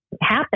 happen